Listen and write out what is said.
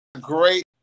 Great